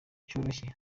cyoroshye